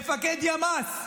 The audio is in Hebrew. מפקד ימ"ס בעזה,